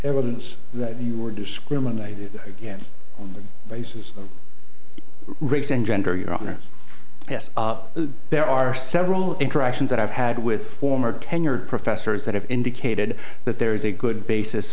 evidence that you were discriminated against races race and gender your honor yes there are several interactions that i've had with former tenured professors that have indicated that there is a good basis